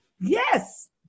Yes